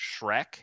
Shrek